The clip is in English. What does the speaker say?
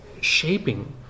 shaping